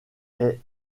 est